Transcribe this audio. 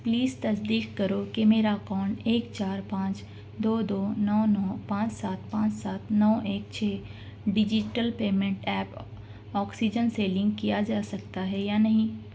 please تصدیق کرو کہ میرا اکاؤنٹ ایک چار پانچ دو دو نو نو پانچ سات پانچ سات نو ایک چھے ڈجیٹل پیمنٹ ایپ آکسیجن سے لنک کیا جا سکتا ہے یا نہیں